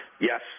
Yes